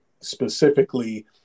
specifically